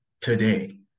today